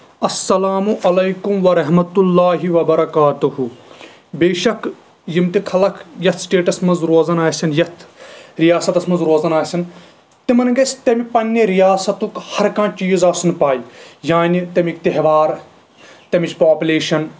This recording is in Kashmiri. اسلام علیکم ورحمتہ اللہ وبرکاتہ بے شک یِم تہِ کھلکھ یَتھ سِٹیٹس منٛز روزان آسن یَتھ رِیاستس منٛز روزان آسن تِمن گژھِ تمہِ پَنٕنہِ رِیاستُک ہر کانٛہہ چیٖز آسُن پاے یعنے تَمِکۍ تیٚہوار تَمِچ پاپوٗلیشن